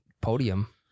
podium